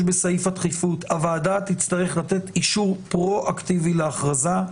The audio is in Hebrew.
בסעיף הדחיפות הוועדה תצטרך לתת אישור פרו אקטיבי להכרזה.